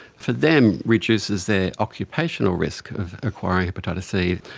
for them, reduces their occupational risk of acquiring hepatitis c.